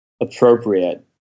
appropriate